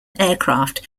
aircraft